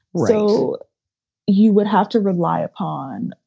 so you would have to rely upon,